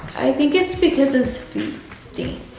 think it's because his feet stink.